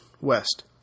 west